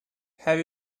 have